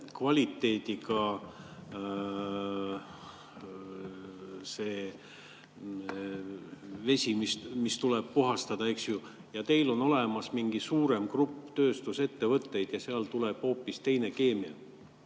kvaliteediga vesi, mida tuleb puhastada. Siis on teil olemas mingi suurem grupp tööstusettevõtteid ja seal on hoopis teine keemia.